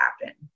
happen